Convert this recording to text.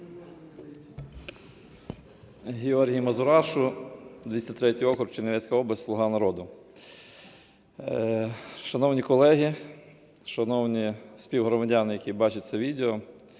Георгій Мазурашу, 203 округ, Чернівецька область, "Слуга народу". Шановні колеги, шановні співгромадяни, які бачать це відео,